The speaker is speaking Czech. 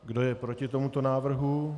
Kdo je proti tomuto návrhu?